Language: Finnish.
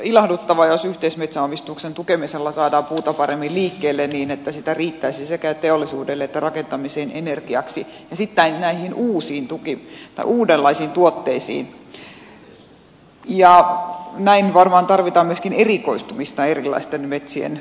ilahduttavaa jos yhteismetsänomistuksen tukemisella saadaan puuta paremmin liikkeelle niin että sitä riittäisi sekä teollisuudelle että rakentamiseen energiaksi ja sitten näihin uudenlaisiin tuotteisiin ja näin varmaan tarvitaan myöskin erikoistumista erilaisten metsien osalta